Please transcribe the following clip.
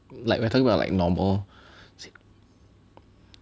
like we're talking about like normal